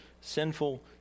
sinful